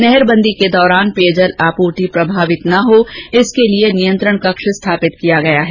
नहरबंदी के दौरान पेयजल आपूर्ति प्रभावित ना हो इसके लिए नियंत्रण कक्ष स्थापित किया गया है